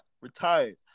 retired